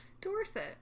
Dorset